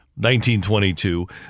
1922